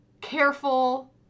careful